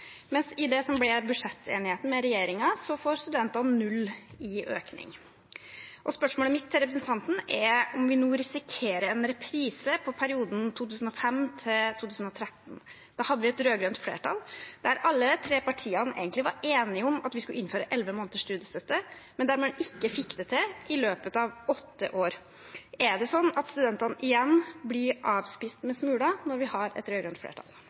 mens i det som ble budsjettenigheten med regjeringen, får studentene null i økning. Spørsmålet mitt til representanten er om vi nå risikerer en reprise på perioden 2005–2013. Da hadde vi et rød-grønt flertall der alle de tre partiene egentlig var enige om at vi skulle innføre elleve måneders studiestøtte, men der man ikke fikk det til i løpet av åtte år. Er det sånn at studentene igjen blir avspist med smuler når vi har et rød-grønt flertall?